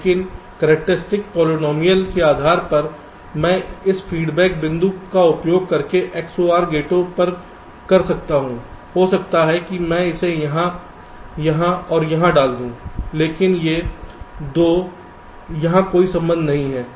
लेकिन characteristic polynomial के आधार पर मैं इस फीडबैक बिंदु का उपयोग केवल कुछ XOR गेटो पर कर सकता हूं हो सकता है कि मैं इसे यहां यहां और यहां डाल दूं लेकिन ये 2यहां कोई संबंध नहीं है